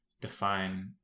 define